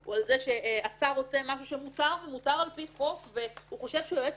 הוא על זה שהשר רוצה משהו שמותר על פי חוק והוא חושב שהיועץ